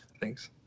thanks